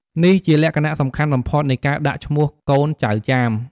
នេះជាលក្ខណៈសំខាន់បំផុតនៃការដាក់ឈ្មោះកូនចៅចាម។